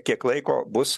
kiek laiko bus